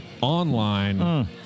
online